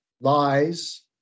lies